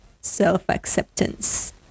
self-acceptance